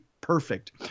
perfect